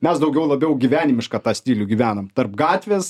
mes daugiau labiau gyvenimišką tą stilių gyvenam tarp gatvės